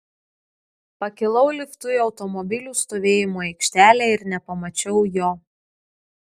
pakilau liftu į automobilių stovėjimo aikštelę ir nepamačiau jo